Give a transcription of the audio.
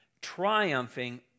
triumphing